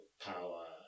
power